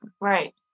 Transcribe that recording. Right